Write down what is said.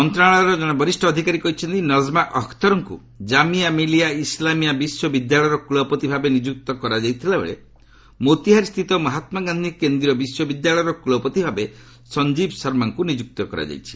ମନ୍ତ୍ରଣାଳୟର ଜଣେ ବରିଷ୍ଠ ଅଧିକାରୀ କହିଛନ୍ତି ନଜମା ଅଖତରଙ୍କୁ ଜାମିଆ ମିଲିଆ ଇସ୍ଲାମିଆ ବିଶ୍ୱବିଦ୍ୟାଳୟର କ୍ୱଳପତି ଭାବେ ନିଯୁକ୍ତ କରାଯାଇଥିଲା ବେଳେ ମୋତିହାରି ସ୍ଥିତ ମହାତ୍ମା ଗାନ୍ଧି କେନ୍ଦ୍ରୀୟ ବିଶ୍ୱବିଦ୍ୟାଳୟର କ୍ୱଳପତି ଭାବେ ସଞ୍ଜୀବ ଶର୍ମାଙ୍କୁ ନିଯୁକ୍ତ କରାଯାଇଛି